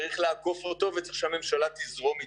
צריך לאכוף אותו וצריך שהממשלה תזרום איתו.